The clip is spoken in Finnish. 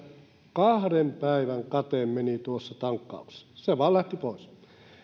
kahden päivän kate meni tuossa tankkauksessa se vaan lähti pois